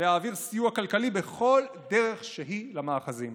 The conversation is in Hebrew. להעביר סיוע כלכלי בכל דרך שהיא למאחזים.